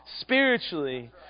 spiritually